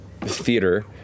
theater